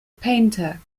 painter